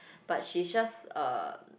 but she just uh